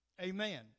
Amen